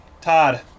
Todd